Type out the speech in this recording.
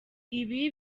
ibi